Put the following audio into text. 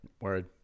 Word